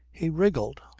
he wriggled.